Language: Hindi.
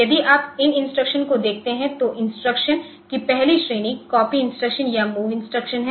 यदि आप इन इंस्ट्रक्शंस को देखते हैं तो इंस्ट्रक्शनकी पहली श्रेणी कापी copy इंस्ट्रक्शन या मूव इंस्ट्रक्शन है